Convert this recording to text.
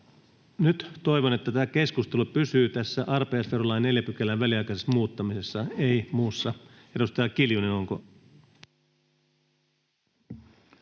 Nyt toivon, että tämä keskustelu pysyy tässä arpajaisverolain 4 §:n väliaikaisessa muuttamisessa, ei muussa. — Edustaja Kiljunen.